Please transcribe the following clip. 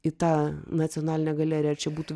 į tą nacionalinę galeriją ar čia būtų